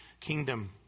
kingdom